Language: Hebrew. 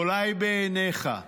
אולי בעיניך.